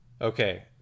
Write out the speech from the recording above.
Okay